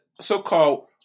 so-called